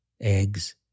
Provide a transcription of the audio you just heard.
eggs